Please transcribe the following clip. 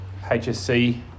hsc